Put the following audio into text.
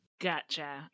Gotcha